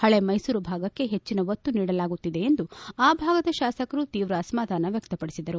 ಪಳೆ ಮೈಸೂರು ಭಾಗಕ್ಕೆ ಹೆಚ್ಚಿನ ಒತ್ತು ನೀಡಲಾಗುತ್ತಿದೆ ಎಂದು ಆ ಭಾಗದ ಶಾಸಕರು ತೀವ್ರ ಅಸಮಾಧಾನ ವ್ಯಕ್ತಪಡಿಸಿದರು